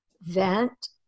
vent